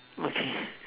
okay